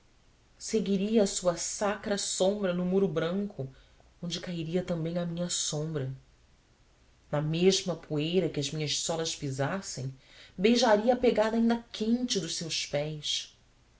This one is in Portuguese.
a sua sacra sombra no muro branco onde cairia também a minha sombra na mesma poeira que as minhas solas pisassem beijaria a pegada ainda quente dos seus pés